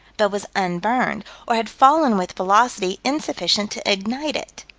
but was unburned, or had fallen with velocity insufficient to ignite it.